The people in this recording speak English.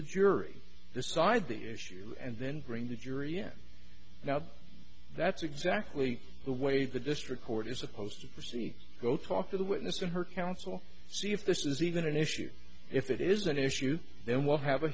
the jury decide the issue and then bring the jury again now that's exactly the way the district court is supposed to proceed go talk to the witness and her counsel see if this is even an issue if it is an issue then we'll have a